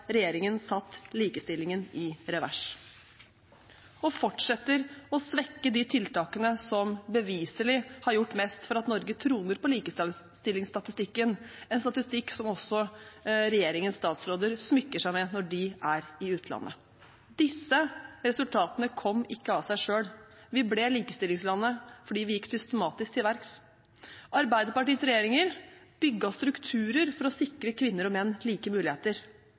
regjeringen satt likestillingen i revers og fortsetter å svekke de tiltakene som beviselig har gjort mest for at Norge troner på likestillingsstatistikken – en statistikk som også regjeringens statsråder smykker seg med når de er i utlandet. Disse resultatene kom ikke av seg selv. Vi ble likestillingslandet fordi vi gikk systematisk til verks. Arbeiderpartiets regjeringer bygget strukturer for å sikre kvinner og menn like muligheter.